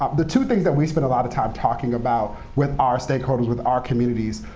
ah the two things that we spend a lot of time talking about with our stakeholders, with our communities,